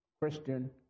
Christian